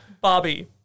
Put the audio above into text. Bobby